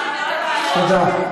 תודה.